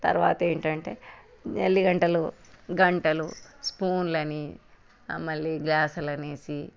తర్వాత ఏమిటంటే జల్లి గంటెలు గంటెలు స్పూన్లని మళ్ళీ గ్యాస్లనేసి